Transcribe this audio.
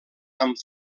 amb